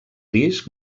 disc